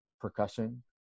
percussion